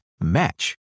match